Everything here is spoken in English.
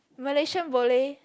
Malaysia boleh